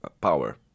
power